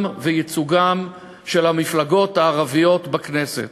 וייצוגן של המפלגות הערביות בכנסת,